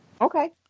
Okay